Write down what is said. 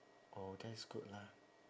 oh that is good lah